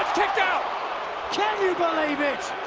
kicked out. can you believe it?